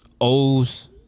O's